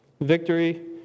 Victory